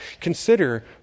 Consider